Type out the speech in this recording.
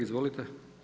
Izvolite.